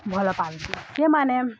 ଭଲ ପାଆନ୍ତି ସେମାନେ